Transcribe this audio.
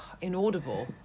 inaudible